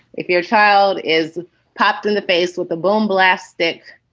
if your child is popped in the face with a bomb blast that,